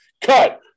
Cut